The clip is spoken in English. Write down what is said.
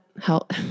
help